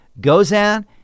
Gozan